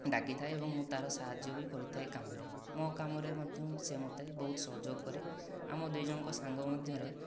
ଡାକିଥାଏ ଏବଂ ମୁଁ ତା'ର ସାହାଯ୍ୟ ବି କରିଥାଏ କାମରେ ମୋ' କାମରେ ମଧ୍ୟ ସେ ମୋତେ ବହୁତ ସହଯୋଗ କରେ ଆମ ଦୁଇଜଣଙ୍କ ସାଙ୍ଗ ମଧ୍ୟରେ